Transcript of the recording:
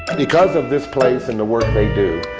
because of this place and the work they do,